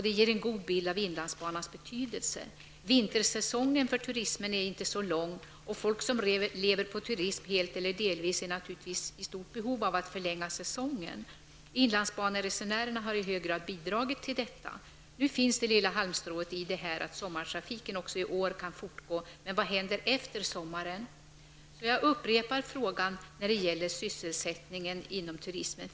Det ger en god bild av inlandsbanans betydelse. Vintersäsongen för turismen är inte så lång, och folk som lever på turism helt eller delvis är naturligtvis i stort behov av att kunna förlänga säsongen. Inlandsbaneresenärerna har i hög grad bidragit till detta. Nu finns det lilla halmstråt att sommartrafiken också i år kan fortgå. Men vad händer efter sommaren? Jag upprepar min fråga när det gäller sysselsättningen inom turismen.